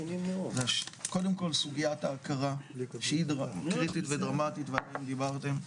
קודם כל סוגיית ההכרה שהיא קריטית ודרמטית ואתם דיברתם,